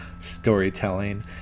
storytelling